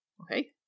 Okay